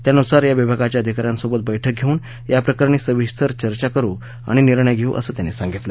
त्यानुसार या विभागाच्या अधिकाऱ्यांसोबत बैठक घेऊन याप्रकरणी सविस्तर चर्चा करू आणि निर्णय घेऊ असं त्यांनी सांगितलं